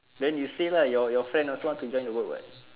then you say lah your your friend also want to join your work [what]